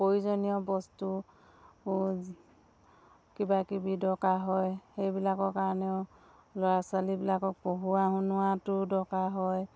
প্ৰয়োজনীয় বস্তু কিবা কিবি দৰকাৰ হয় সেইবিলাকৰ কাৰণেও ল'ৰা ছোৱালীবিলাকক পঢ়োৱা শুনোৱটো দৰকাৰ হয়